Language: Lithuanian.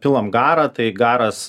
pilam garą tai garas